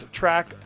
track